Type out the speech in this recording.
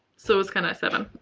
so, it's kind of seven